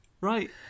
Right